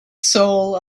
soul